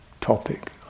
topic